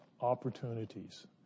opportunities